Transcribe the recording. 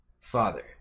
Father